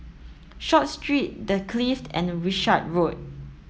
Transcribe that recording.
Short Street The Clift and Wishart Road